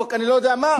חוק אני לא יודע מה,